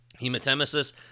Hematemesis